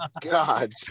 God